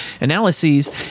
analyses